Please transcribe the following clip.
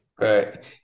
Right